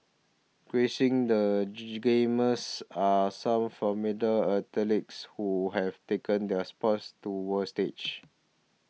gracing the gee Gamers are some from middle athletes who have taken their sport to the world stage